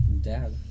Dad